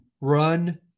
run